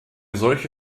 solche